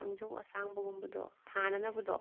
ꯊꯥꯡꯖꯧ ꯑꯁꯥꯡꯕꯒꯨꯝꯕꯗꯣ ꯊꯥꯅꯅꯕꯗꯣ